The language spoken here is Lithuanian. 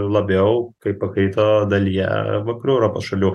labiau kaip pakrito dalyje vakarų europos šalių